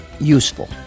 useful